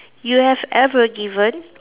you have ever given